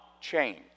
change